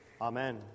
Amen